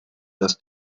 dass